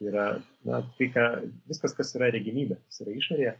yra na tai ką viskas kas yra regimybė yra išorėje